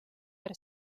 per